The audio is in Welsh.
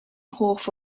hoff